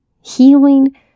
healing